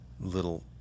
little